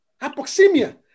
Hypoxemia